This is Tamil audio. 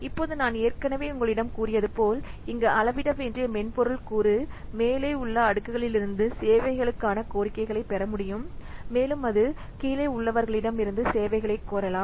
இப்போது நான் ஏற்கனவே உங்களிடம் கூறியது போல் இங்கே அளவிட வேண்டிய மென்பொருள் கூறு மேலே உள்ள அடுக்குகளிலிருந்து சேவைகளுக்கான கோரிக்கைகளைப் பெற முடியும் மேலும் அது கீழே உள்ளவர்களிடமிருந்து சேவைகளைக் கோரலாம்